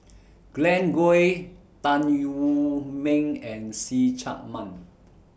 Glen Goei Tan Wu Meng and See Chak Mun